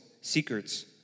secrets